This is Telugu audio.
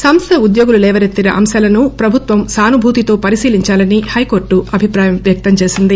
సంస్థ ఉద్యోగులు లేవసెత్తిన అంశాలను ప్రభుత్వం సానుభూతితో పరిశీలించాలని హైకోర్టు అభిప్రాయం వ్యక్తంచేసింది